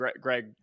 Greg